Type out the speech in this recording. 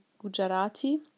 Gujarati